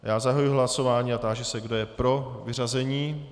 Já zahajuji hlasování a táži se, kdo je pro vyřazení.